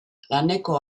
laneko